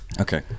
Okay